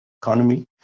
economy